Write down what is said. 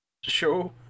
show